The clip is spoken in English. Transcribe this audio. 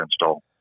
install